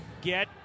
get